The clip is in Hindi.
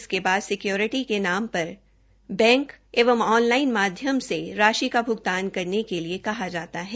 इसके बाद सिक्योरिटी के नमा पर बैंक एंव ऑनलाइन माध्यम से राशि का भ्गतान करने के लिए कहा जाता है